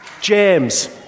James